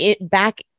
back